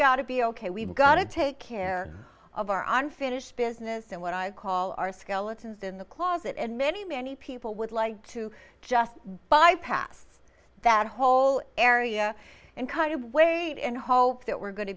got to be ok we've got to take care of our unfinished business and what i call our skeletons in the closet and many many people would like to just bypass that whole area and kind of wait and hope that we're going to